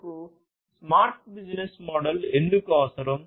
మనకు smart business model ఎందుకు అవసరం